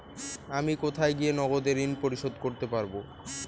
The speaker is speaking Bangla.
আমি কোথায় গিয়ে নগদে ঋন পরিশোধ করতে পারবো?